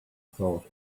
thought